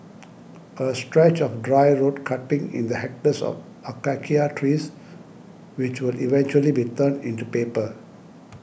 a stretch of dry road cutting in the hectares of Acacia trees which will eventually be turned into paper